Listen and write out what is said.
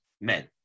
men